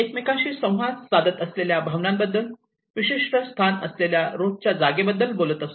एकमेकांशी संवाद साधत असलेल्या भावनांबद्दल विशिष्ट स्थान असलेल्या रोजच्या जागे बद्दल बोलत असतो